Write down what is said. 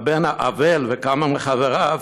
והבן האבל וכמה מחבריו